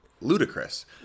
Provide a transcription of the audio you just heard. ludicrous